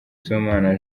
sibomana